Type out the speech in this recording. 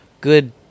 good